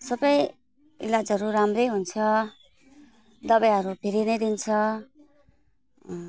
सबै इलाजहरू राम्रै हुन्छ दबाईहरू फ्री नै दिन्छ